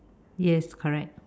yes correct